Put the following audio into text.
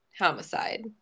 homicide